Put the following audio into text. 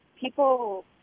people